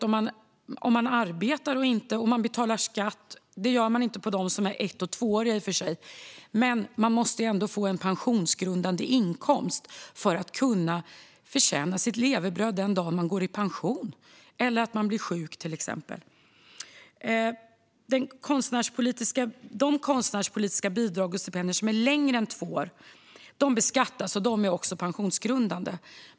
Om man arbetar och betalar skatt - det gör man i och för sig inte på de stipendier som är ett till tvååriga - måste man också kunna få en pensionsgrundande inkomst för att kunna förtjäna sitt levebröd den dag man går i pension eller till exempel blir sjuk. De konstnärspolitiska bidrag och stipendier som är längre än två år beskattas dock, och de är också pensionsgrundande.